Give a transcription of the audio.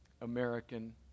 American